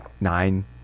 nine